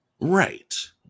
Right